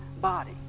body